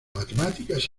matemáticas